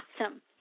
Awesome